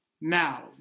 Now